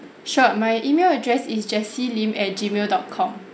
sure my email address is jessie lim at G mail dot com